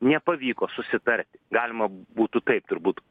nepavyko susitarti galima būtų taip turbūt